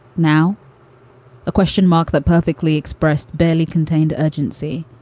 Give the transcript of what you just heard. now a question mark that perfectly expressed, barely contained urgency.